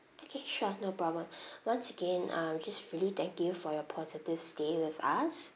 okay sure no problem once again uh we just really thank you for your positive stay with us